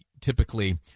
typically